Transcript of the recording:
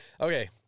Okay